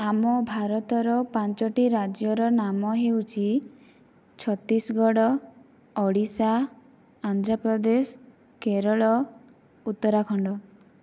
ଆମ ଭାରତର ପାଞ୍ଚୋଟି ରାଜ୍ୟର ନାମ ହେଉଛି ଛତିଶଗଡ଼ ଓଡ଼ିଶା ଆନ୍ଧ୍ରପ୍ରଦେଶ କେରଳ ଉତ୍ତରାଖଣ୍ଡ